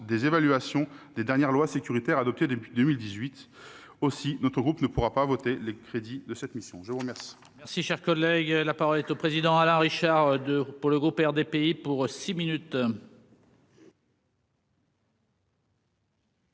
d'évaluation des dernières lois sécuritaires adoptées depuis 2018. Aussi, notre groupe ne pourra voter les crédits de la mission « Sécurités ».